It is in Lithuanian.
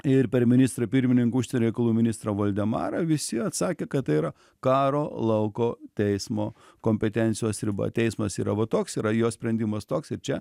ir per ministrą pirmininką užsienio reikalų ministrą valdemarą visi atsakė kad tai yra karo lauko teismo kompetencijos riba teismas yra va toks yra jo sprendimas toks ir čia